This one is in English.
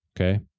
okay